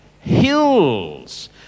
Hills